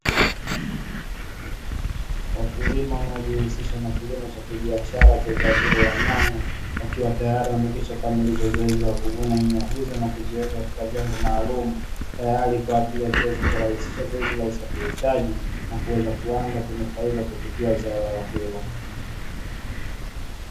Wakulima wanaojihusisha na kilimo cha kibiashara cha zao hilo la nyanya, wakiwa tayari wamekwisha kamilisha zoezi la kuvuna nyanya hizo na kuziweka katika vyombo maalumu, tayari kwa ajili ya kuweza kurahisisha zoezi la usafirishaji na kuweza kuanza kunufaika kupitia zao lao hilo.